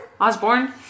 Osborne